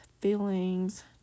feelings